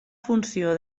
funció